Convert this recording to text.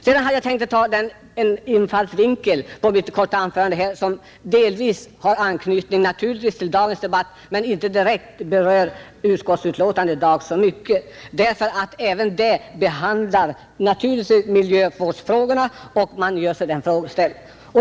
Sedan vill jag anlägga en infallsvinkel som är tillämplig på dagens debatt, även om den inte direkt har att göra med utskottsbetänkandet.